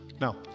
Now